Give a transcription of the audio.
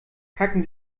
packen